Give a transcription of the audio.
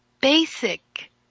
basic